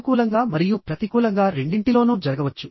నుకూలంగా మరియు ప్రతికూలంగా రెండింటిలోనూ జరగవచ్చు